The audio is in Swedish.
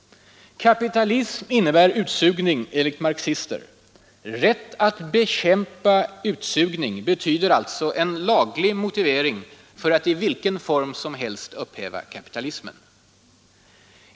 Kapitalism innebär utsugning, enligt marxister rätt att ”bekämpa utsugning” betyder alltså en laglig motivering för att i vilken form som helst upphäva kapitalismen.